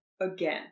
again